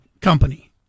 company